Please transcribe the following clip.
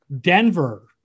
Denver